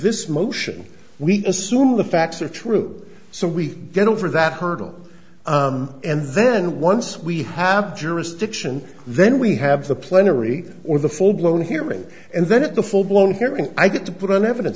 this motion we assume the facts are true so we get over that hurdle and then once we have jurisdiction then we have the plenary or the full blown hearing and then at the full blown hearing i get to put on evidence